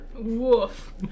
Woof